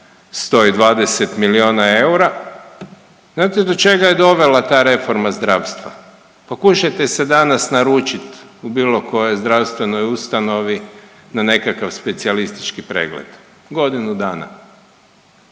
120 milijuna eura, znate do čega je dovela ta reforma zdravstva? Pokušajte se danas naručit u bilo kojoj zdravstvenoj ustanovi na nekakav specijalistički pregled, godinu dana,